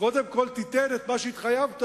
קודם כול, תיתן את מה שהתחייבת.